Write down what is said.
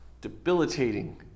debilitating